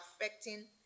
affecting